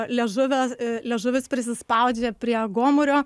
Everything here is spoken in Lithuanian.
liežuvio liežuvis prisispaudžia prie gomurio